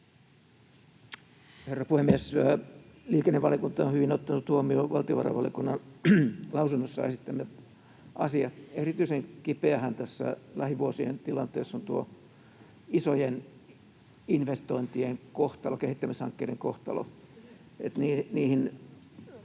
Herra puhemies! Liikennevaliokunta on hyvin ottanut huomioon valtiovarainvaliokunnan lausunnossaan esittämät asiat. Erityisen kipeähän tässä lähivuosien tilanteessa on tuo isojen investointien kohtalo, kehittämishankkeiden kohtalo,